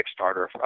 Kickstarter